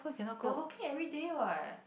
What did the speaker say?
you're working everyday what